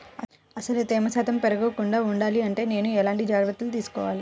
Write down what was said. అసలు తేమ శాతం పెరగకుండా వుండాలి అంటే నేను ఎలాంటి జాగ్రత్తలు తీసుకోవాలి?